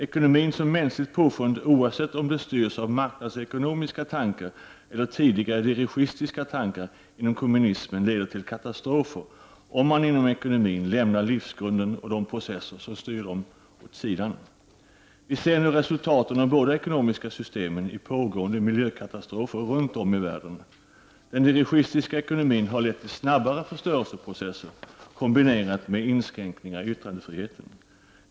Ekonomin som mänskligt påfund, oavsett om den styrs av marknadsekonomiska tankar eller tidigare dirigistiska tankar inom kommunismen, leder till katastrofer om man inom ekonomin lämnar åsido livsgrunden och de processer som styr den. Vi ser nu resultaten av de båda ekonomiska systemen i pågående miljökatastrofer runt om i världen. Den dirigistiska ekonomin har lett till snabbare förstörelseprocesser kombinerat med inskränkningar i yttrandefriheten.